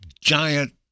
giant